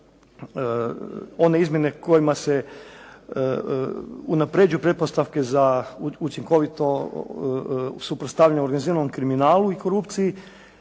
one izmjene kojima se unapređuju pretpostavke za učinkovito suprotstavljanje organiziranom kriminalu i korupciji.